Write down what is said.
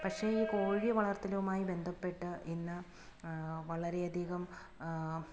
പക്ഷേ ഈ കോഴിവളർത്തലുമായി ബന്ധപ്പെട്ട് ഇന്ന് വളരെയധികം